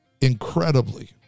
incredibly